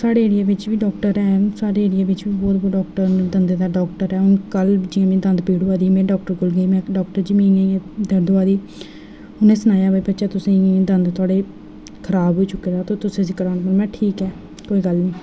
साढ़े एरिया बिच्च बी डाक्टर हैन साढ़े एरिया बिच्च बी बहुत बहुत डाक्टर न दंदे दा डाक्टर ऐ हून कल जि'यां दंद पीड़ होआ दी ही में डाक्टर कोल गेई में आखेआ डाक्टर जी मिगी पीड़ होआ दी दर्द होआ दी उ'नें सनाया बच्चा तुसेंगी इ'यां इ'यां दंद थुआड़े खराब होई चुके दा ते तुसें एह् कराना ते में आखेआ ठीक ऐ कोई गल्ल नेईं